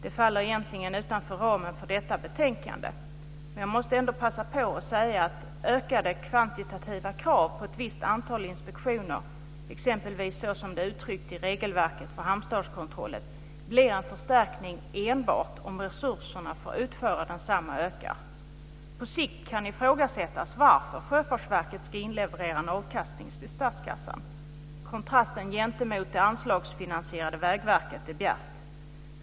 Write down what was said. Det faller egentligen utanför ramen för detta betänkande, men jag måste ändå passa på att säga att ökade kvantitativa krav, alltså krav på ett visst antal inspektioner exempelvis såsom det är uttryckt i regelverket för hamnstadskontrollen, blir en förstärkning enbart om resurserna för att utföra densamma ökar. På sikt kan ifrågasättas varför Sjöfartsverket ska inleverera en avkastning till statskassan. Kontrasten gentemot det anslagsfinansierade Vägverket är bjärt.